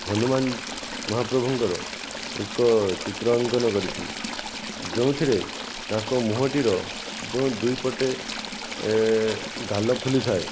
ହନୁମାନ ମହାପ୍ରଭୁଙ୍କର ଏକ ଚିତ୍ର ଅଙ୍କନ କରିଥିଲି ଯେଉଁଥିରେ ତାଙ୍କ ମୁହଁଟିର ଯେଉଁ ଦୁଇ ପଟେ ଗାଲ ଫୁଲି ଥାଏ